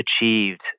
achieved